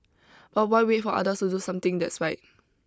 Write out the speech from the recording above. but why wait for others to do something that's right